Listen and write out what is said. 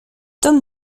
tom